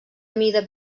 mida